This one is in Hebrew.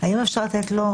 האם אפשר לתת לו רשות דיבור?